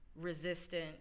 resistant